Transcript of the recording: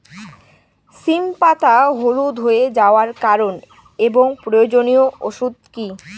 সিম পাতা হলুদ হয়ে যাওয়ার কারণ এবং প্রয়োজনীয় ওষুধ কি?